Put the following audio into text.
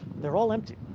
they're all empty.